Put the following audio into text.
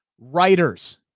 writers